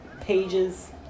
pages